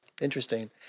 Interesting